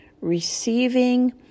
receiving